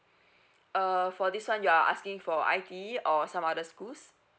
uh for this one you are asking for I_T_E or some other schools